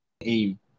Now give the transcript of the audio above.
aim